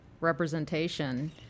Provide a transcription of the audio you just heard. representation